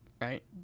right